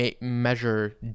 measure